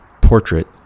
portrait